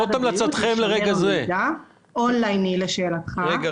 המטרה היא בעצם שבמשרד הבריאות יישמר מידע אונליין --- רגע,